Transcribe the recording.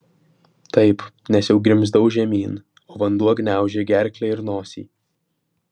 taip nes jau grimzdau žemyn o vanduo gniaužė gerklę ir nosį